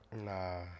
Nah